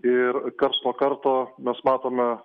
ir karts nuo karto mes matome